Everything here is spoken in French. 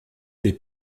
des